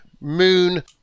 Moon